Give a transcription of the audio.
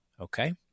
Okay